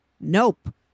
nope